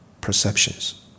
perceptions